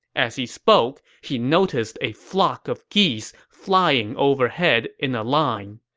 as he spoke, he noticed a flock of geese flying overhead in a line.